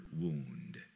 wound